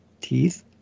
teeth